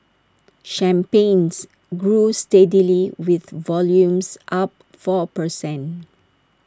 champagnes grew steadily with volumes up four per cent